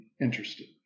interested